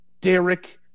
Derek